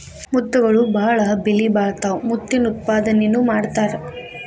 ಮುತ್ತುಗಳು ಬಾಳ ಬೆಲಿಬಾಳತಾವ ಮುತ್ತಿನ ಉತ್ಪಾದನೆನು ಮಾಡತಾರ